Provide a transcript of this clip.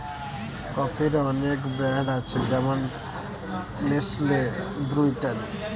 কফির অনেক ব্র্যান্ড আছে যেমন নেসলে, ব্রু ইত্যাদি